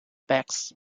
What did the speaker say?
bags